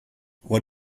what